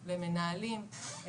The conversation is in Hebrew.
למנהלים,